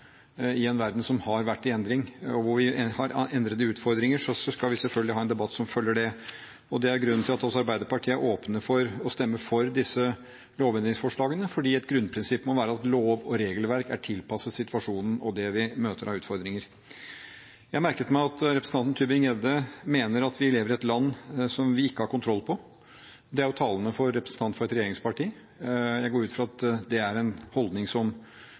I en verden som har vært i endring, og hvor vi har endrede utfordringer, skal vi selvfølgelig ha en debatt som følger det. Det er grunnen til at også Arbeiderpartiet et åpne for – og stemmer for – disse lovendringsforslagene, for et grunnprinsipp må være at lov- og regelverk er tilpasset situasjonen og det vi møter av utfordringer. Jeg merket meg at representanten Tybring-Gjedde mener at vi lever i et land som vi ikke har kontroll på. Det er jo talende for en representant fra et regjeringsparti. Jeg går ut fra at det er en holdning